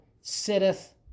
sitteth